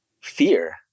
fear